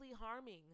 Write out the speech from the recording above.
harming